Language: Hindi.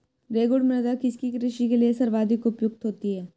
रेगुड़ मृदा किसकी कृषि के लिए सर्वाधिक उपयुक्त होती है?